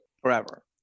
forever